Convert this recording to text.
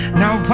now